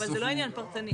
אבל זה עניין פרטני.